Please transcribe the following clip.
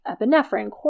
epinephrine